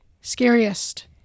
scariest